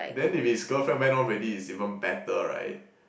then if his girlfriend went off already it's even better right